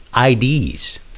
IDs